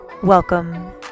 welcome